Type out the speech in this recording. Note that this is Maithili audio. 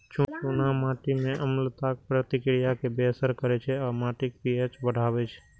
चूना माटि मे अम्लताक प्रतिक्रिया कें बेअसर करै छै आ माटिक पी.एच बढ़बै छै